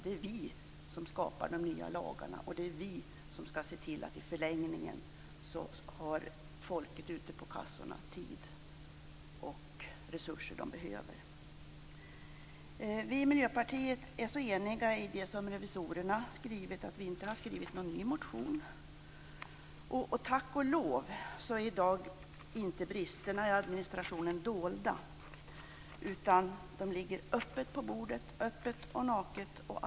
Det är ju vi som skapar de nya lagarna och det är vi som i en förlängning skall se till att folket ute på kassorna har den tid och de resurser som behövs. Vi i Miljöpartiet är så eniga beträffande det som revisorerna skrivit att vi inte har väckt någon ny motion. Bristerna i administrationen är inte i dag - tack och lov! - dolda, utan de ligger där öppet och naket på bordet.